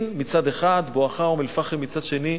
מצד אחד ובואכה אום-אל-פחם מצד שני.